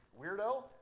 weirdo